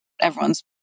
everyone's